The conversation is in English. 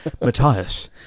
Matthias